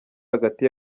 hagati